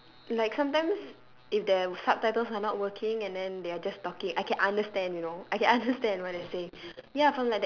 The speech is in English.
like sometimes if their subtitles are not working and then they are just talking I can understand you know I can understand what they are saying